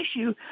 issue